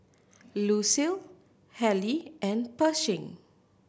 Lucille Hali and Pershing